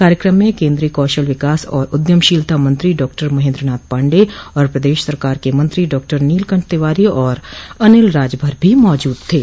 कार्यकम में केन्द्रीय कौशल विकास और उद्यमशीलता मंत्री डाक्टर महेन्द्रनाथ पाण्डेय और प्रदश सरकार के मंत्री डॉक्टर नीलकंठ तिवारी और अनिल राजभर भी मौजूद थे